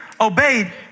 obeyed